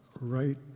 right